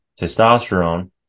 testosterone